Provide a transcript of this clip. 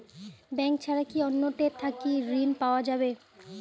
Bank ছাড়া কি অন্য টে থাকি ঋণ পাওয়া যাবে?